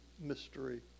mystery